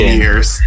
years